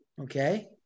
okay